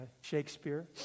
Shakespeare